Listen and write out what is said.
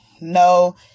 no